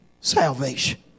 salvation